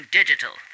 digital